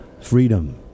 freedom